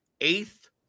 eighth